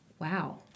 Wow